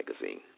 magazine